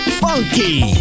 funky